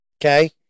Okay